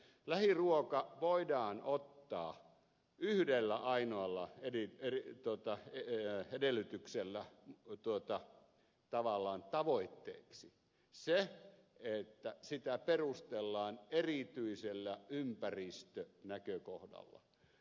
lähiruoka voidaan ottaa yhdellä ainoalla edellytyksellä tavallaan tavoitteeksi sillä että sitä perustellaan erityisellä ympäristönäkökohdalla